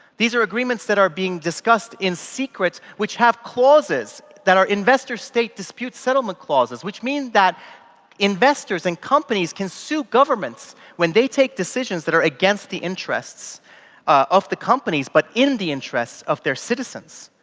these are agreements that are being discussed in secret which have clauses, that are investor stake dispute settlement clauses, which mean that investors and companies can sue governments when they take decisions that are against the interests of the companies but in the interest of their citizens.